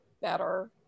better